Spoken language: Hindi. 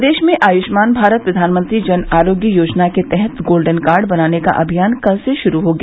प्रदेश में आयुष्मान भारत प्रधानमंत्री जन आरोग्य योजना के तहत गोल्डन कार्ड बनाने का अमियान कल से शुरू हो गया